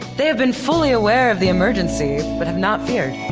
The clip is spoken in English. they have been fully aware of the emergency but have not feared.